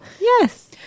Yes